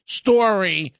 story